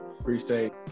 Appreciate